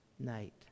night